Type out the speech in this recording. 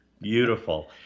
Beautiful